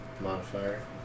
modifier